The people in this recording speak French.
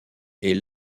est